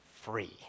free